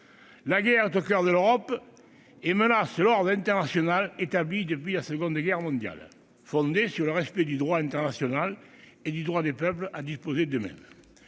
La guerre est au coeur de l'Europe et menace l'ordre international établi depuis la Seconde Guerre mondiale, fondé sur le respect du droit international et du droit des peuples à disposer d'eux-mêmes.